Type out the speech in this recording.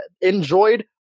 enjoyed